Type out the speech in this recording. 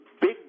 big